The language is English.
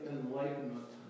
enlightenment